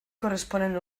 corresponen